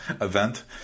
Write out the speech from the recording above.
event